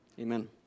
Amen